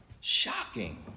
Shocking